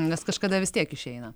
nes kažkada vis tiek išeina